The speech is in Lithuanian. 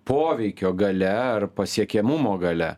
poveikio galia ar pasiekiamumo galia